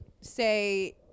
say